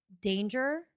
danger